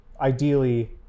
ideally